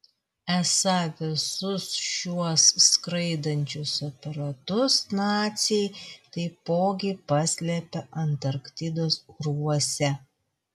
esą visus šiuos skraidančius aparatus naciai taipogi paslėpė antarktidos urvuose